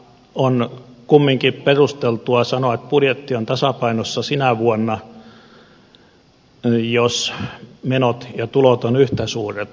on kumminkin perusteltua sanoa että budjetti on tasapainossa sinä vuonna jos menot ja tulot ovat yhtä suuret